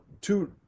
two